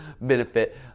benefit